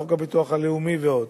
חוק הביטוח הלאומי ועוד.